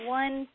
one